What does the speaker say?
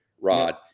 Rod